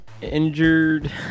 injured